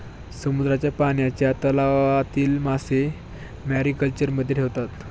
समुद्राच्या पाण्याच्या तलावातील मासे मॅरीकल्चरमध्ये ठेवतात